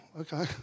okay